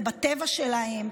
זה בטבע שלהם,